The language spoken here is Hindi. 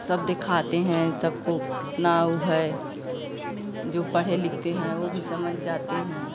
सब देखाते हैं सबको कितना वह है जो पढ़ते लिखते हैं वह भी समझ जाते हैं